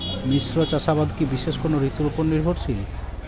মিশ্র চাষাবাদ কি বিশেষ কোনো ঋতুর ওপর নির্ভরশীল?